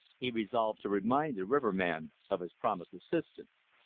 he resolved to remind the riverman of his promised assistance.